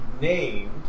named